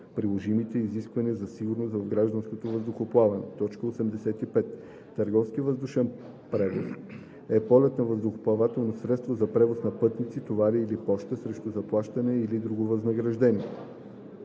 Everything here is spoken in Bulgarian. приложимите изисквания за сигурност в гражданското въздухоплаване. 85. „Търговски въздушен превоз“ е полет на въздухоплавателно средство за превоз на пътници, товари или поща срещу заплащане или друго възнаграждение.